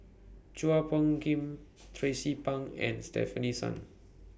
Chua Phung Kim Tracie Pang and Stefanie Sun